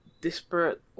disparate